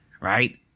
Right